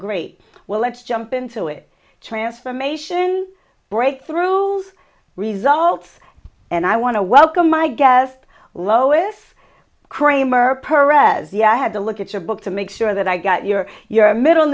great well let's jump into it transformation breakthrough results and i want to welcome my guest lois kramer per se i had to look at your book to make sure that i got your your middle